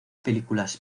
películas